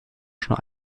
schon